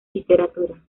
literatura